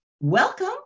welcome